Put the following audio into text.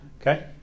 Okay